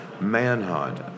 manhunt